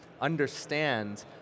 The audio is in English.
understand